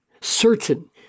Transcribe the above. certain